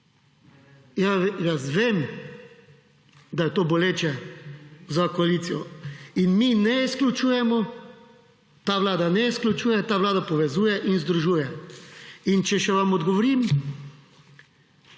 jaz vem, da je to boleče, za koalicijo in mi ne izključujemo, ta Vlada ne izključuje, ta Vlada povezuje in združuje. In če še vam odgovorim,